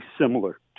similar